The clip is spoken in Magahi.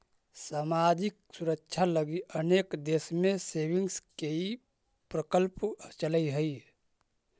सामाजिक सुरक्षा लगी अनेक देश में सेविंग्स के ई प्रकल्प चलऽ हई